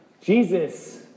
Jesus